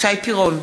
שי פירון,